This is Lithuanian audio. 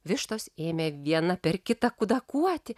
vištos ėmė viena per kitą kudakuoti